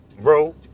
Bro